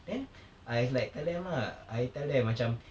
then I was like tell them ah I tell them macam